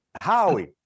Howie